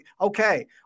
okay